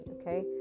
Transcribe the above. Okay